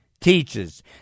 teaches